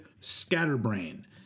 Scatterbrain